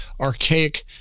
archaic